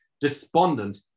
despondent